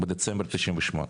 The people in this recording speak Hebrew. בדצמבר '98.